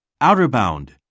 Outerbound